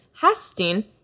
hastin